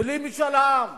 בלי משאל עם,